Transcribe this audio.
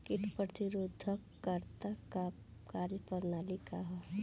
कीट प्रतिरोधकता क कार्य प्रणाली का ह?